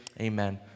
amen